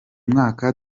mwaka